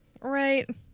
right